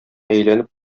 әйләнеп